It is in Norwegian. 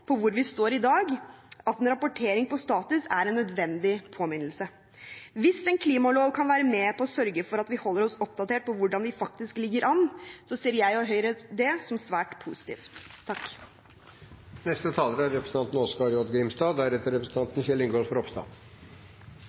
på hvor vi står i dag, at en rapportering på status er en nødvendig påminnelse. Hvis en klimalov kan være med på å sørge for at vi holder oss oppdatert på hvordan vi faktisk ligger an, ser jeg og Høyre det som svært